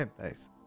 nice